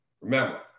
remember